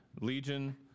Legion